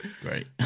Great